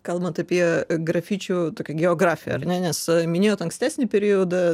kalbant apie grafičių tokią geografiją ar ne nes minėjot ankstesnį periodą